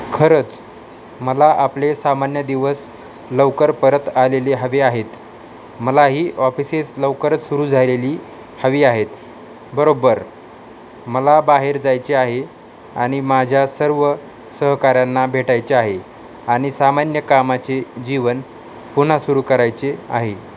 खरंच मला आपले सामान्य दिवस लवकर परत आलेले हवे आहेत मला ही ऑफिसेस लवकरच सुरू झालेली हवी आहेत बरोब्बर मला बाहेर जायचे आहे आणि माझ्या सर्व सहकार्यांना भेटायचे आहे आणि सामान्य कामाचे जीवन पुन्हा सुरू करायचे आहे